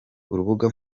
urubuga